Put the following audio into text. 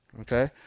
okay